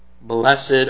Blessed